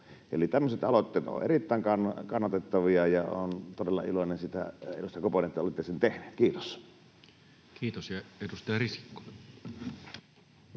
Eli tämmöiset aloitteet ovat erittäin kannatettavia, ja olen todella iloinen siitä, edustaja Koponen, että olitte sen tehnyt. — Kiitos. [Speech 229]